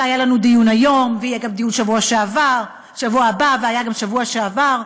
שבו היה לנו דיון היום ויהיה גם דיון בשבוע הבא והיה גם בשבוע שעבר.